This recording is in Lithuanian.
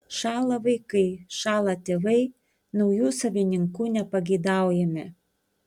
šąla vaikai šąla tėvai naujų savininkų nepageidaujami